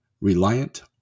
Reliant